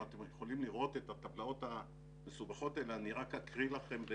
אתם יכולים לראות את הטבלאות המסובכות האלה אני רק אקריא לכם.